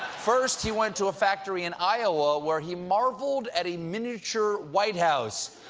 first, he went to a factory in iowa, where he marveled at a miniature white house.